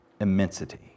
immensity